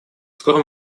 скором